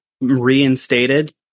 reinstated